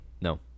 No